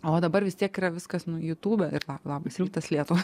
o dabar vis tiek yra viskas nu jutube ir labas rytas lietuva